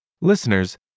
Listeners